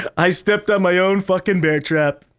i stepped on my own fucking bear trap.